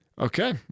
Okay